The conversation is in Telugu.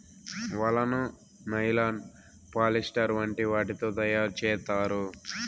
వలను నైలాన్, పాలిస్టర్ వంటి వాటితో తయారు చేత్తారు